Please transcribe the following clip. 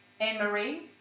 Anne-Marie